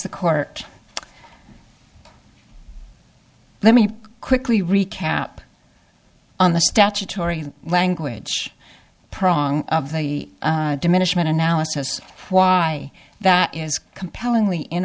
the court let me quickly recap on the statutory language prong of the diminishment analysis why that is compellingly in